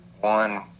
one